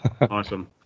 Awesome